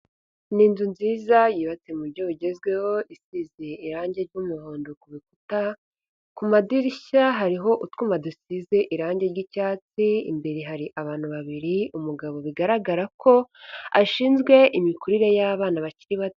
Ni inzu nziza yubatse muburyo bugezweho isize irangi ry'umuhondo ku rukuta, ku madirishya hariho utwuma dusize irangi ry'icyatsi, imbere hari abantu babiri umugabo bigaragara ko ashinzwe imikurire y'abana bakiri bato.